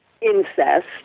incest